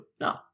No